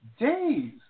Days